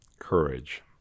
Courage